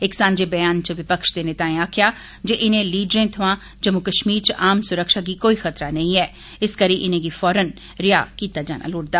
इक सांझे ब्यान च विपक्ष दे नेताए आक्खेआ जे इनें लीडरें थवां जम्मू कश्मीर च आम सुरक्षा गी कोई खतरा नेई ऐ इस करि इनेंगी फौरन रिहा कीता जाना लोड़चदा